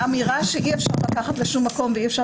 האמירה שאי-אפשר לקחת לשום מקום ואי-אפשר